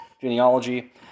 genealogy